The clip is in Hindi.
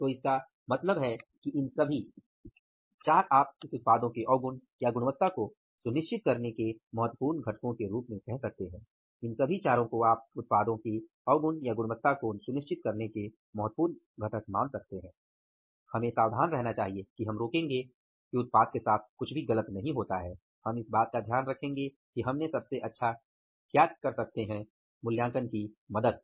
तो इसका मतलब है कि इन सभी 4 आप इसे उत्पादों के अवगुण या गुणवत्ता को सुनिश्चित करने के महत्वपूर्ण घटकों के रूप में कह सकते हैं हमें सावधान रहना चाहिए कि हम रोकेंगे कि उत्पाद के साथ कुछ भी गलत नहीं होता है हम इस बात का ध्यान रखेंगे कि सबसे अच्छा क्या किया जा सकता है मूल्यांकन की मदद